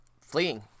fleeing